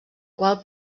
qual